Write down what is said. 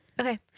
Okay